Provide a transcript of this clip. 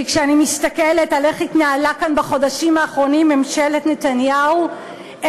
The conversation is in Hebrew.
כשאני מסתכלת על ההתנהלות של ממשלת נתניהו כאן בחודשים האחרונים,